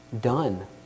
done